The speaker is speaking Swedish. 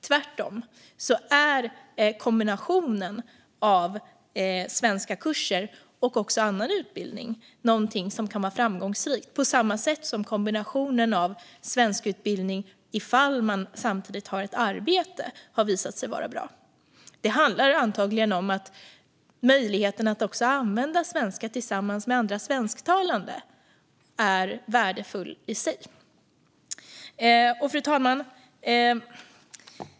Tvärtom är kombinationen av svenskkurser och annan utbildning någonting som kan vara framgångsrikt på samma sätt som kombinationen av svenskutbildning och ett arbete har visat sig vara bra. Det handlar antagligen om att möjligheten att använda svenska tillsammans med andra svensktalande är värdefull i sig. Fru talman!